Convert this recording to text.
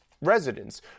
residents